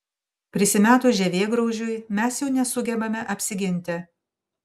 prisimetus žievėgraužiui mes jau nesugebame apsiginti